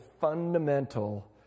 fundamental